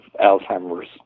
Alzheimer's